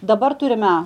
dabar turime